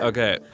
Okay